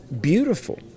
beautiful